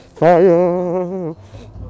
fire